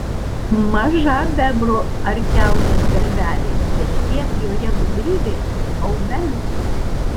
maža bebro ar kiaunės galvelė bet kiek joje gudrybės aumens